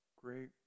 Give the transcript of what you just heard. great